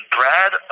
Brad